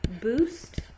boost